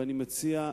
ואני מציע,